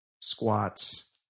squats